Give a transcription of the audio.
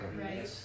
Right